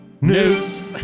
news